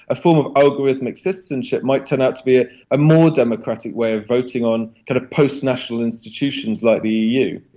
a form of algorithmic citizenship might turn out to be a more democratic way of voting on kind of post national institutions like the eu.